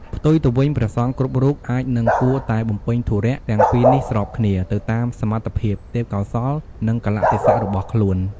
ផ្ទុយទៅវិញ ព្រះសង្ឃគ្រប់រូប អាចនិងគួរតែបំពេញធុរៈទាំងពីរនេះស្របគ្នា ទៅតាមសមត្ថភាព ទេពកោសល្យ និងកាលៈទេសៈរបស់ខ្លួន។